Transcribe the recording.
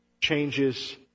changes